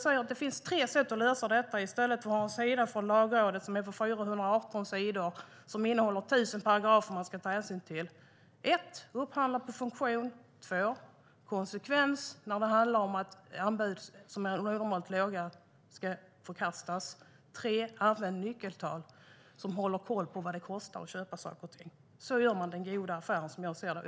Det finns tre sätt att lösa detta i stället för att ha en skrift från Lagrådet som är på 418 sidor och innehåller tusen paragrafer man ska ta hänsyn till. Det handlar för det första om att upphandla på funktion, för det andra om konsekvens i att förkasta anbud som är onormalt låga och för det tredje om att använda nyckeltal som håller koll på vad det kostar att köpa saker och ting. Så gör man den goda affären, som jag ser det.